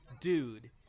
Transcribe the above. dude